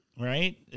Right